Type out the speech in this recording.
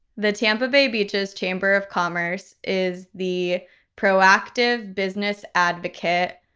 the tampa bay beaches chamber of commerce is the proactive business advocate